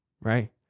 Right